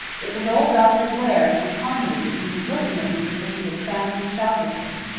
it was old dr. blair, from carmody, and he was looking at me as if he had found me shoplifting.